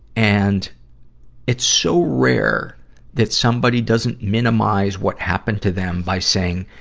and it's so rare that somebody doesn't minimize what happened to them by saying,